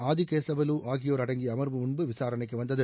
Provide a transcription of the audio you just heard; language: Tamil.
ஆதிகேசவலு ஆகியோர் அடங்கிய அமர்வு முன்பு விசாரணைக்கு வந்தது